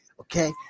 Okay